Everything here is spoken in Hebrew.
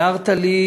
הערת לי,